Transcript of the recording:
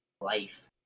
life